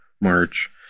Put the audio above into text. March